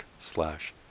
slash